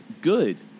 good